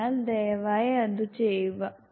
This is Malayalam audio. അതിനാൽ ദയവായി അത് ചെയ്യുക